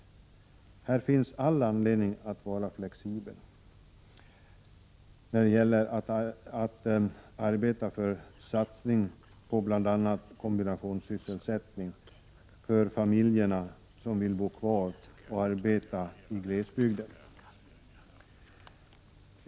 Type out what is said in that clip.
Här finns all anledning att vara flexibel när det gäller att arbeta för satsning på bl.a. kombinationssysselsättning för familjer som vill bo kvar och arbeta i glesbygden.